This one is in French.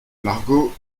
margot